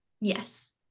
yes